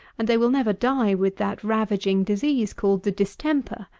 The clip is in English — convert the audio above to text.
and they will never die with that ravaging disease called the distemper.